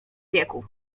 wieku